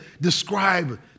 describe